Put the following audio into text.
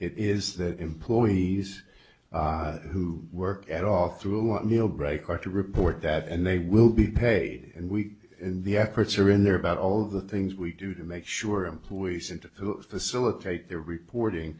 it is that employees who work at all through a meal break are to report that and they will be paid and we in the efforts are in there about all of the things we do to make sure employees into who facilitate their reporting